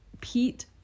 pete